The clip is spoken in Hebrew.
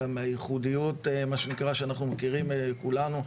אלא מהייחודיות מה שנקרא שאנחנו מכירים כולנו,